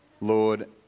Lord